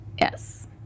Yes